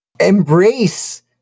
embrace